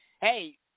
hey